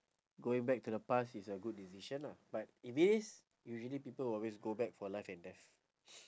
going back to the past is a good decision lah but if it is usually people will always go back for life and death